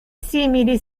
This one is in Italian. simili